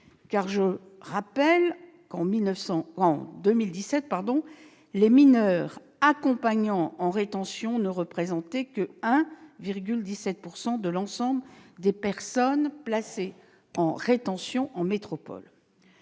nous faisons. En 2017, les mineurs accompagnants en rétention ne représentaient que 1,17 % de l'ensemble des personnes placées en rétention en métropole.